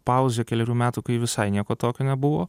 pauzė kelerių metų kai visai nieko tokio nebuvo